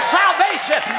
salvation